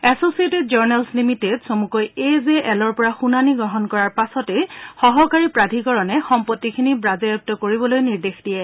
S চিয়েটেড journals limited চমুকৈ A J এলৰ পৰা শুনানি গ্ৰহণ কৰাৰ পাছতহে সহকাৰী প্ৰাধীকৰণে সম্পত্তিখিনি বাজেয়াপ্ত কৰিবলৈ নিৰ্দেশ দিয়ে